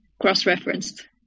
cross-referenced